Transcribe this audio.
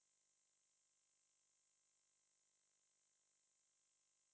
!wah! too bad you cannot eat beef